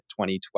2012